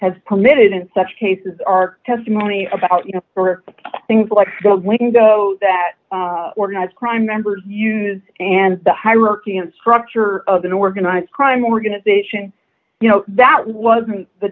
permitted in such cases are testimony about you know for things like the window that organized crime members use and the hierarchy and structure of an organized crime organization you know that wasn't the